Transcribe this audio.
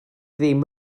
ddim